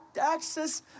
access